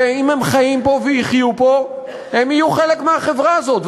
ואם הם חיים פה ויחיו פה הם יהיו חלק מהחברה הזאת,